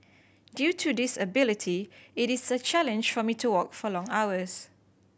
due to disability it is a challenge for me to walk for long hours